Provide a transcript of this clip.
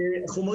להגיד,